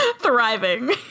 thriving